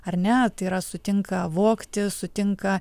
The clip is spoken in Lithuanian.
ar ne tai yra sutinka vogti sutinka